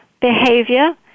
behavior